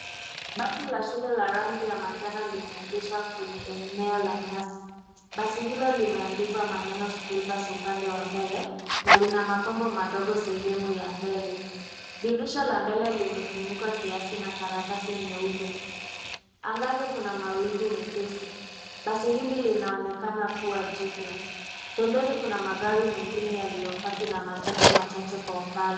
Basi la shule la rangi ya manjano limeegeshwa kwenye eneo la nyasi. Basi hilo limeandikwa maneno school bus upande wa mbele na lina mapambo madogo sehemu ya mbele. Dirisha la mbele limefunikwa kiasi na karatasi nyeupe. Angani kuna mawingu mepesi. Basi hili linaonekana kuwa jipya. Pembeni kuna magari mengine yaliyopaki na majengo machache kwa umbali.